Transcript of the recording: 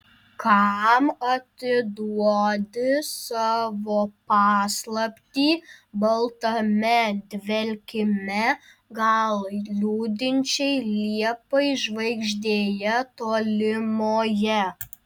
kam atiduodi savo paslaptį baltame dvelkime gal liūdinčiai liepai žvaigždėje tolimoje